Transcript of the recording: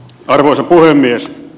arvoisa puhemies